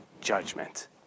judgment